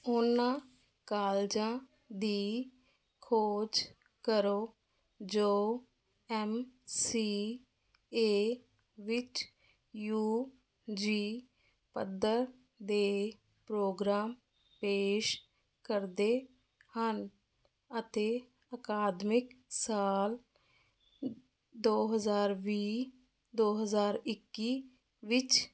ਉਹਨਾਂ ਕਾਲਜਾਂ ਦੀ ਖੋਜ ਕਰੋ ਜੋ ਐਮ ਸੀ ਏ ਵਿੱਚ ਯੂ ਜੀ ਪੱਧਰ ਦੇ ਪ੍ਰੋਗਰਾਮ ਪੇਸ਼ ਕਰਦੇ ਹਨ ਅਤੇ ਅਕਾਦਮਿਕ ਸਾਲ ਦੋ ਹਜ਼ਾਰ ਵੀਹ ਦੋ ਹਜ਼ਾਰ ਇੱਕੀ ਵਿੱਚ